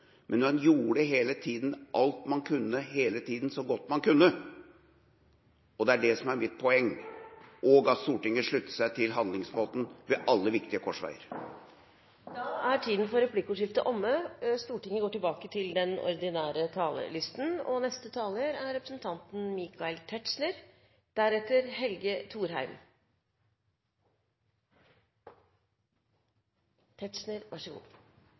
Men man gjorde hele tiden alt man kunne, hele tiden så godt man kunne, og det er det som er mitt poeng – og at Stortinget sluttet seg til handlingsmåten ved alle viktige korsveier. Replikkordskiftet er omme. Det er ikke nødvendig å bruke mange ord på å diskutere om det er et viktig bidrag til